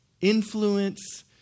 influence